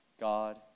God